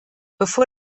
bevor